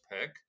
pick